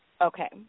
Okay